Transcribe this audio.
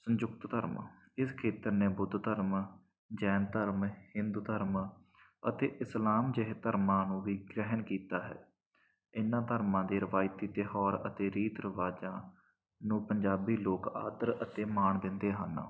ਸੰਯੁਕਤ ਧਰਮ ਇਸ ਖੇਤਰ ਨੇ ਬੁੱਧ ਧਰਮ ਜੈਨ ਧਰਮ ਹਿੰਦੂ ਧਰਮ ਅਤੇ ਇਸਲਾਮ ਜਿਹੇ ਧਰਮਾਂ ਨੂੰ ਵੀ ਗ੍ਰਹਿਣ ਕੀਤਾ ਹੈ ਇਨ੍ਹਾਂ ਧਰਮਾਂ ਦੇ ਰਵਾਇਤੀ ਤਿਉਹਾਰ ਅਤੇ ਰੀਤ ਰਿਵਾਜ਼ਾਂ ਨੂੰ ਪੰਜਾਬੀ ਲੋਕ ਆਦਰ ਅਤੇ ਮਾਣ ਦਿੰਦੇ ਹਨ